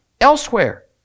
elsewhere